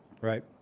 Right